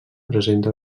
presenta